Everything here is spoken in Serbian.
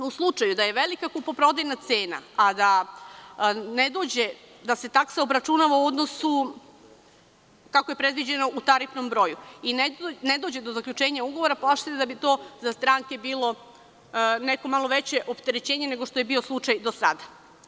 U slučaju da je velika kupoprodajna cena, a da ne dođe da se taksa obračunava u odnosu kako je predviđeno u tarifnom broju i ne dođe do zaključenja ugovora, to bi za stranke bilo neko malo veće opterećenje nego što je bio slučaj do sada.